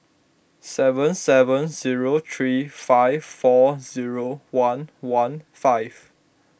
seven seven zero three five four zero one one five